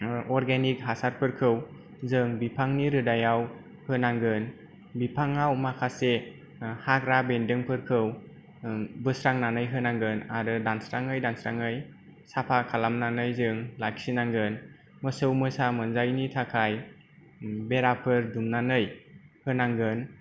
ओ अरगेनिक हासारफोरखौ जों बिफांनि रोदायाव होनांगोन बिफाङाव माखासे ओ हाग्रा बेनदों फोरखौ ओम बोस्रांनानै होनांगोन आरो दानस्राङै दानस्राङै साफा खालामनानै जों लाखिनांगोन मोसौ मोसा मोनजायैनि थाखाय ओम बेराफोर दुमनानै होनांगोन